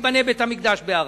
שייבנה בית-המקדש בהר-הבית,